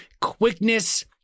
quickness